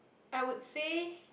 I would say